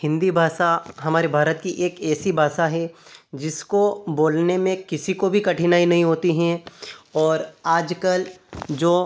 हिन्दी भाषा हमारे भारत की एक ऐसी भाषा है जिसको बोलने में किसी को भी कठिनाई नहीं होती है और आजकल जो